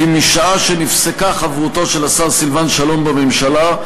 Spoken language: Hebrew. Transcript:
כי משעה שנפסקה חברותו של השר סילבן שלום בממשלה,